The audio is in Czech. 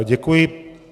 Děkuji.